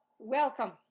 Welcome